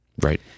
right